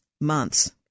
months